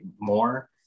more